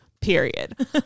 Period